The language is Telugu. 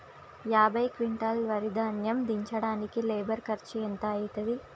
యాభై క్వింటాల్ వరి ధాన్యము దించడానికి లేబర్ ఖర్చు ఎంత అయితది?